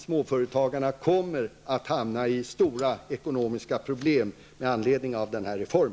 Småföretagarna kommer att få stora ekonomiska problem med anledning av denna reform.